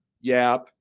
YAP